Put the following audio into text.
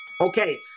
okay